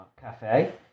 CAFE